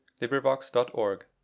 LibriVox.org